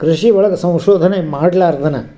ಕೃಷಿ ಒಳಗೆ ಸಂಶೋಧನೆ ಮಾಡ್ಲಾರ್ದೆನ